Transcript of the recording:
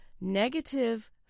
Negative